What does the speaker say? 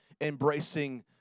embracing